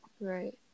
right